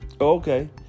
Okay